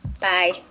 Bye